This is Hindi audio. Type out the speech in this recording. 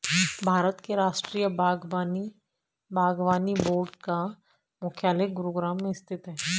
भारत के राष्ट्रीय बागवानी बोर्ड का मुख्यालय गुरुग्राम में स्थित है